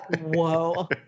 Whoa